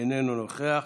איננו נוכח.